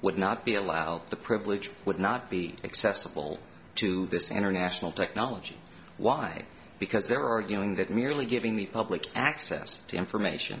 would not be allowed the privilege would not be accessible to this international technology why because they're arguing that merely giving the public access to information